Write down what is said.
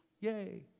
yay